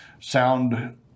sound